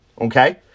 Okay